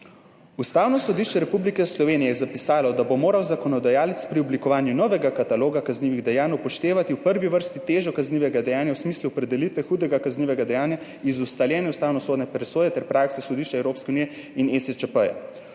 Ustavno sodišče Republike Slovenije je zapisalo, da bo moral »zakonodajalec pri oblikovanju novega kataloga kaznivih dejanj upoštevati v prvi vrsti težo kaznivega dejanja v smislu opredelitve hudega kaznivega dejanja iz ustaljene ustavnosodne presoje ter prakse Sodišča Evropske unije in ESČP«.